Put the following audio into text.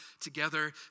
together